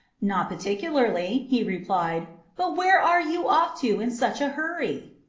not particularly he replied but where are you off to in such a hurry?